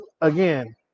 Again